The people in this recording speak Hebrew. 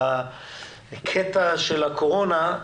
בקטע של הקורונה,